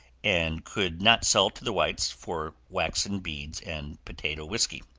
and could not sell to the whites for waxen beads and potato whiskey.